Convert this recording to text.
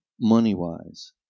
money-wise